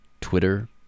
Twitter